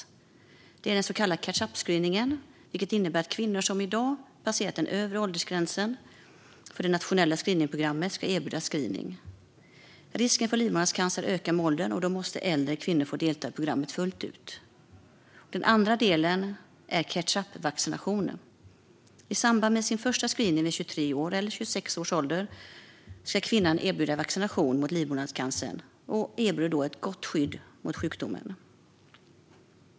Det gäller den så kallade catch-up-screeningen, vilken innebär att kvinnor som i dag passerat den övre åldersgränsen för det nationella screeningprogrammet ska erbjudas screening. Risken för livmoderhalscancer ökar med åldern, och då måste äldre kvinnor få delta i programmet fullt ut. Den andra delen är catch-up-vaccinationen. I samband med sin första screening vid 23 eller 26 års ålder ska kvinnor erbjudas vaccination mot livmoderhalscancer och erhåller då ett gott skydd mot sjukdomen.